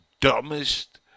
dumbest